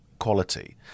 quality